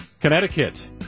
Connecticut